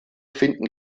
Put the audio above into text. finden